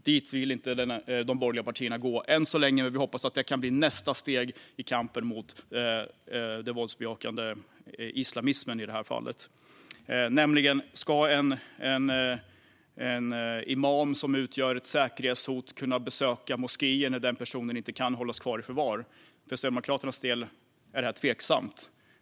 Dit vill inte de borgerliga partierna gå än så länge, men vi hoppas att det kan bli nästa steg i kampen mot den våldsbejakande islamismen i det här fallet. Ska en imam som utgör ett säkerhetshot kunna besöka moskéer när personen inte kan hållas kvar i förvar? För Sverigedemokraternas del är det tveksamt.